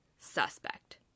suspect